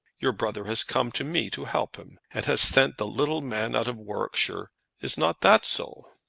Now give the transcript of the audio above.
your brother has come to me to help him, and has sent the little man out of warwickshire. is not that so?